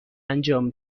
انجام